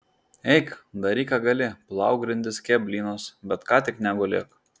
eik daryk ką gali plauk grindis kepk blynus bet ką tik negulėk